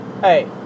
Hey